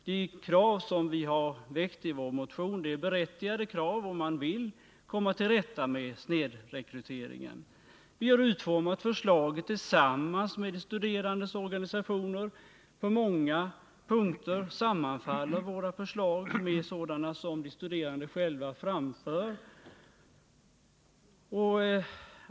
De krav som vi har rest i vår motion är berättigade, om man vill komma till rätta med snedrekryteringen. Vi har utformat förslagen tillsammans med de studerandes organisationer. På många punkter sammanfaller våra förslag med sådana som de studerande själva framfört.